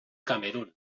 camerun